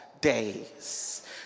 days